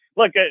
look